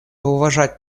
уважать